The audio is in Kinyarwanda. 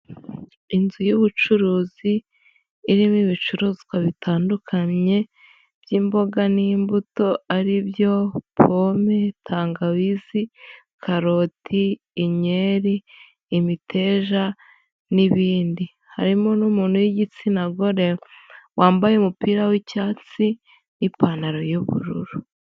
Inzu y'ubucuruzi irimo ibicuruzwa bitandukanye by'imboga n'imbuto aribyo; pome, tangawizi, karoti, inyeri, imiteja, n'ibindi. Harimo n'umuntu w'igitsina gore, wambaye umupira w'icyatsi n'ipantaro y'ubururu.